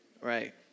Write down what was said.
Right